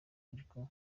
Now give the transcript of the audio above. ariko